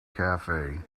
cafe